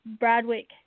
Bradwick